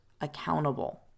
accountable